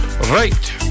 right